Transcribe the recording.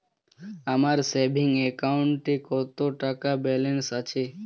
আমার সেভিংস অ্যাকাউন্টে কত টাকা ব্যালেন্স আছে?